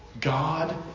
God